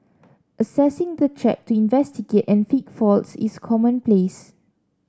accessing the track to investigate and fix faults is commonplace